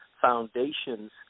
foundations